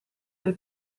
del